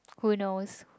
who knows